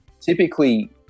Typically